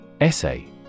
Essay